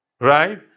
Right